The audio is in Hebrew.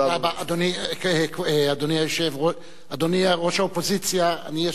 אדוני ראש האופוזיציה, יש לי רק